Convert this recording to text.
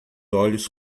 olhos